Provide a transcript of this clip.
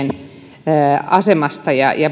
asemassa olevien asemasta ja ja